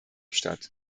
statt